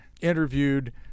interviewed